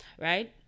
right